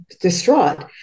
distraught